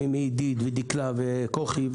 עידית, דקלה, כוכי.